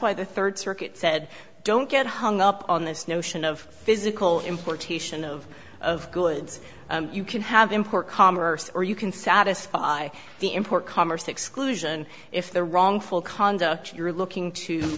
why the third circuit said don't get hung up on this notion of physical importation of of goods you can have import commerce or you can satisfy the import commerce exclusion if the wrongful conduct you're looking to